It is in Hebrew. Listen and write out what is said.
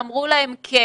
אמרו כן,